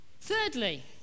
Thirdly